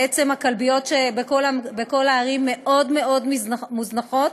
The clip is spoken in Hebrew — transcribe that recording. הכלביות בכל הערים מאוד מאוד מוזנחות,